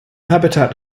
habitat